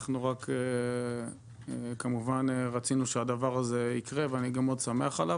אנחנו רק כמובן רצינו שהדבר הזה יקרה ואני גם מאוד שמח עליו,